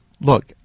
look